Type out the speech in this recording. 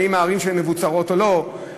האם הערים שלהם מבוצרות או לא,